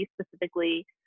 specifically